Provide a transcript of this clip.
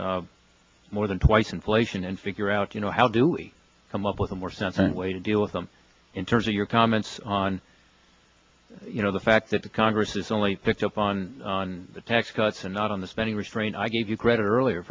more than twice inflation and figure out you know how do we come up with a more centrist way to deal with them in terms of your comments on you know the fact that congress is only picked up on the tax cuts and not on the spending restraint i gave you credit earlier